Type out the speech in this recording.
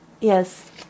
Yes